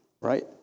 right